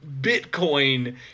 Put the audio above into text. Bitcoin